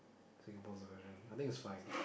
Singapore's version I think it's fine